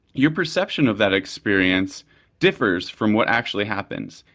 your perception of that experience differs from what actually happens,